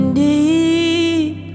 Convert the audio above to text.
deep